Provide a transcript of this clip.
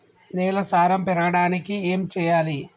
నేల సారం పెరగడానికి ఏం చేయాలి?